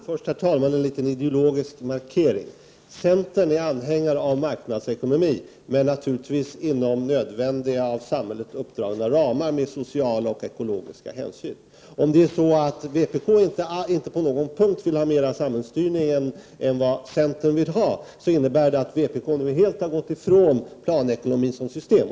Herr talman! Först vill jag göra en ideologisk markering. Centern är anhängare av marknadsekonomi, men naturligtvis inom nödvändiga, av samhället uppdragna ramar, med sociala och ekonomiska hänsyn. Om vpk inte på någon punkt vill ha mera samhällsstyrning än centern vill ha, innebär det att vpk nu helt har gått ifrån planekonomin som system.